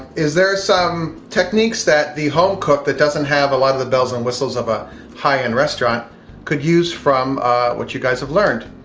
is there some techniques that the home cook that doesn't have a lot of the bells and whistles of a high-end restaurant could use from what you guys have learned?